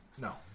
no